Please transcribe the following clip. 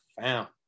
found